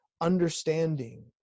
understanding